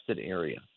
area